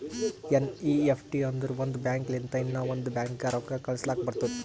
NEFT ಅಂದುರ್ ಒಂದ್ bank ಲಿಂತ ಇನ್ನಾ ಒಂದ್ ಬ್ಯಾಂಕ್ಗ ರೊಕ್ಕಾ ಕಳುಸ್ಲಾಕ್ ಬರ್ತುದ್